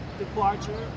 Departure